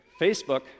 Facebook